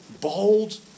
bold